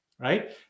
right